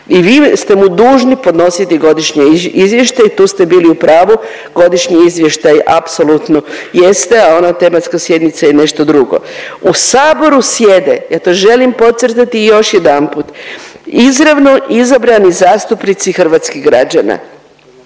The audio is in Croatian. i vi ste mu dužni podnositi godišnji izvještaj i tu ste bili u pravu godišnji izvještaj apsolutno jeste, a ona tematska sjednica je nešto drugo. U saboru sjede, ja to želim podcrtati još jedanput, izravno izabrani zastupnici hrvatskih građana